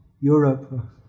Europe